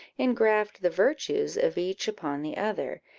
ingraft the virtues of each upon the other,